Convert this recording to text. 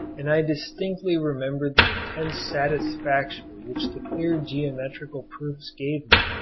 and i distinctly remember the intense satisfaction which the clear geometrical proofs gave me.